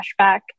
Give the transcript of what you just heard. flashback